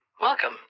Welcome